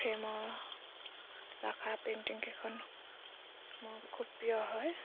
ফ্ৰেমৰ ৰাখা পেইণ্টিংকেইখন মোৰ খুব প্ৰিয় হয়